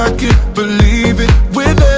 believe it with